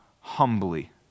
humbly